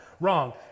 wrong